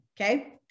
Okay